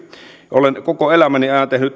olen koko elämäni ajan tehnyt